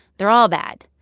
they're all bad.